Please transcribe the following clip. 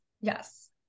Yes